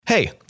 Hey